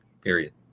period